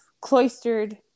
cloistered